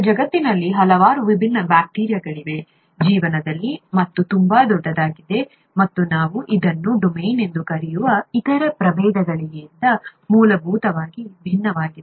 ಮತ್ತು ಜಗತ್ತಿನಲ್ಲಿ ಹಲವಾರು ವಿಭಿನ್ನ ಬ್ಯಾಕ್ಟೀರಿಯಾಗಳಿವೆ ಜೀವನದಲ್ಲಿ ಮತ್ತು ತುಂಬಾ ದೊಡ್ಡದಾಗಿದೆ ಮತ್ತು ನಾವು ಅದನ್ನು ಡೊಮೇನ್ ಎಂದು ಕರೆಯುವ ಇತರ ಪ್ರಭೇದಗಳಿಗಿಂತ ಮೂಲಭೂತವಾಗಿ ಭಿನ್ನವಾಗಿದೆ